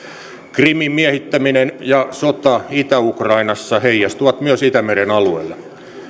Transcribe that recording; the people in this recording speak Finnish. krimin miehittäminen ja sota itä ukrainassa heijastuvat myös itämeren alueelle